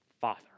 Father